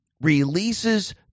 releases